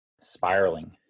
Spiraling